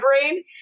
brain